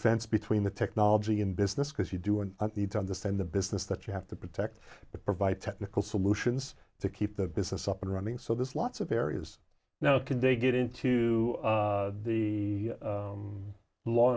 fence between the technology and business because you do a need to understand the business that you have to protect but provide technical solutions to keep the business up and running so there's lots of areas now can they get into the